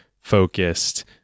focused